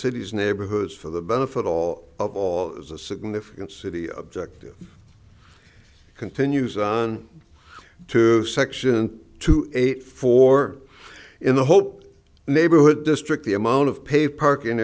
city's neighborhoods for the benefit all of all as a significant city objective continues on section two eight four in the hope neighborhood district the amount of pay parking